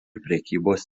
prekybos